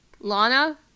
Lana